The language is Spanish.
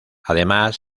además